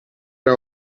era